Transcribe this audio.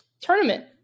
tournament